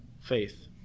faith